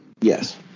Yes